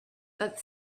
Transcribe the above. but